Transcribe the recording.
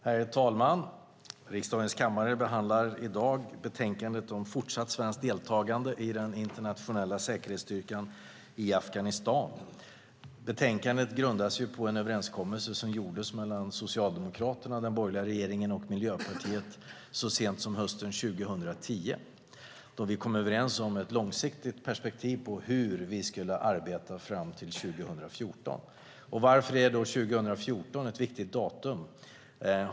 Herr talman! Riksdagens kammare behandlar i dag betänkandet om fortsatt svenskt deltagande i den internationella säkerhetsstyrkan i Afghanistan. Betänkandet grundar sig på en överenskommelse som gjordes mellan Socialdemokraterna, den borgerliga regeringen och Miljöpartiet så sent som hösten 2010. Vi kom överens om ett långsiktigt perspektiv på hur vi skulle arbeta fram till 2014. Varför är 2014 ett viktigt årtal?